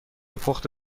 پخت